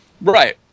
Right